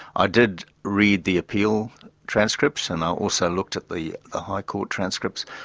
i did read the appeal transcripts, and also looked at the the high court transcripts,